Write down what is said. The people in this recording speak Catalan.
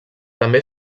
també